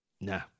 nah